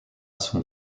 son